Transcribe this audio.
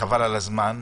חבל על הזמן,